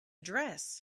dress